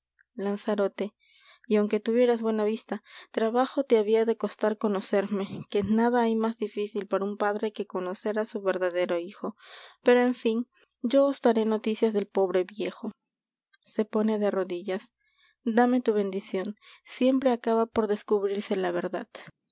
lanzarote y aunque tuvieras buena vista trabajo te habia de costar conocerme que nada hay más difícil para un padre que conocer á su verdadero hijo pero en fin yo os daré noticias del pobre viejo se pone de rodillas dame tu bendicion siempre acaba por descubrirse la verdad